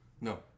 no